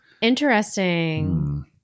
Interesting